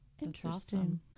Interesting